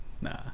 nah